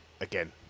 again